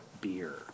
beer